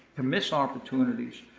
to miss opportunities,